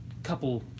Couple